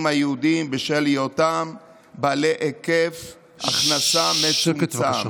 הייעודיים בשל היותם בעלי היקף הכנסה מצומצם,